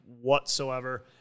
whatsoever